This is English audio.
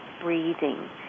breathing